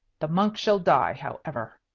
the monk shall die, however.